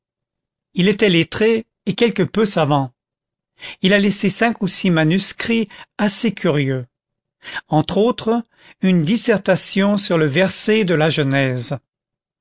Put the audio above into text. il était lettré et quelque peu savant il a laissé cinq ou six manuscrits assez curieux entre autres une dissertation sur le verset de la genèse